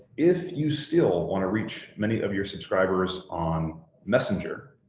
if you still want to reach many of your subscribers on messenger,